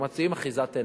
הם מציעים אחיזת עיניים.